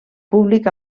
públic